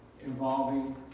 involving